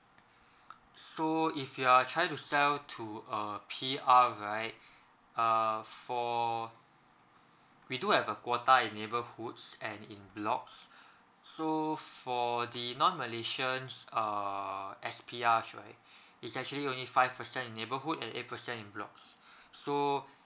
so if you are trying to sell to a P_R right uh for we do have a quota in neighbourhoods and in blocks so for the non malaysians err S_P_R right is actually only five percent in neighbourhood and eight percent in blocks so